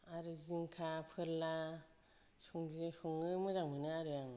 आरो जिंखा फोरला सब्जि संनो मोजां मोनो आरो आं